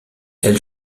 elle